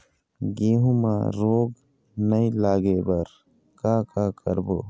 गेहूं म रोग नई लागे बर का का करबो?